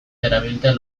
darabilte